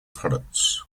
product